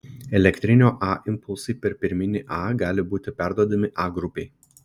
elektrinio a impulsai per pirminį a gali būti perduodami a grupei